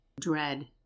Dread